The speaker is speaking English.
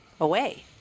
away